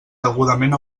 degudament